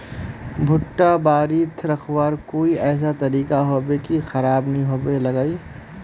भुट्टा बारित रखवार कोई ऐसा तरीका होबे की खराब नि होबे लगाई?